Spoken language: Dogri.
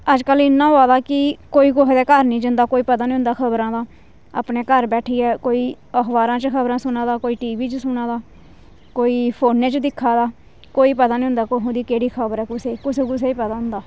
अज्जकल इ'यां होआ दा कि कोई कुसै दे घर नी जंदा कोई पता नी होंदा खबरां दा अपने घर बैठियै कोई अखबारां च खबरां सुना दा कोई टी वी च सुना दा कोई फोनै च दिक्खा दा कोई पता निं होंदा कु'त्थें दी केह्ड़ी खबर ऐ कुसै गी कुसै कुसै गी गै पता होंदा